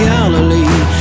Galilee